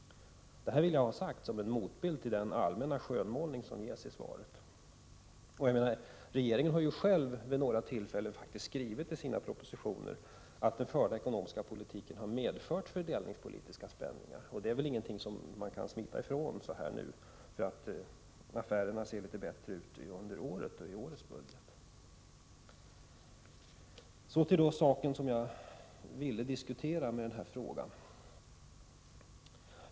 Jag vill framföra detta som en motbild mot den allmänna skönmålning som ges i svaret. Regeringen har själv vid några tillfällen skrivit i sina propositioner att den förda ekonomiska politiken har medfört fördelningspolitiska spänningar, och det är ingenting som regeringen kan smita ifrån nu därför att affärerna ser litet bättre ut i år, som framgår av den senaste budgeten. Till den sak jag med den här frågan ville diskutera.